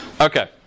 Okay